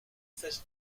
s’agit